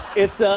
it's, ah